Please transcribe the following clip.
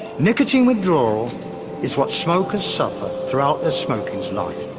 nicotine withdrawl is what smokers suffer throughout the smokers life.